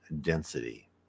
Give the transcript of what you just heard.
density